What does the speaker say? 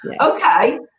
Okay